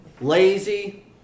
Lazy